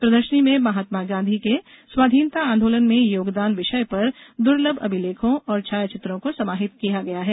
प्रदर्शनी में महात्मा गाँधी के स्वाधीनता आंदोलन में योगदान विषय पर दर्लभ अभिलेखों एवं छायाचित्रों को समाहित किया गया है